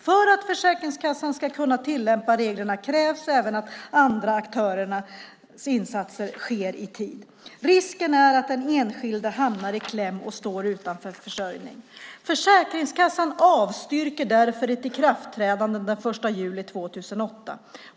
För att Försäkringskassan ska kunna tillämpa reglerna krävs även att andra aktörers insatser sker i tid. - Risken är att den enskilda hamnar i kläm och står utan försörjning. - Försäkringskassan avstyrker därför ett ikraftträdande den 1 juli 2008.